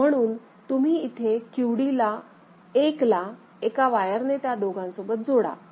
म्हणून तुम्ही इथे QD ला 1 ला एका वायरने त्या दोघांसोबत जोडा